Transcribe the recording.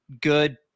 good